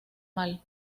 mal